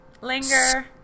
Linger